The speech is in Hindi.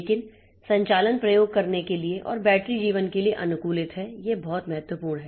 लेकिन संचालन प्रयोग करने के लिए और बैटरी जीवन के लिए अनुकूलित है यह बहुत महत्वपूर्ण है